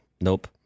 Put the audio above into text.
nope